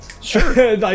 Sure